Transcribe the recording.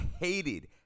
hated